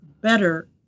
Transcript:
better